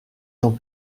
ton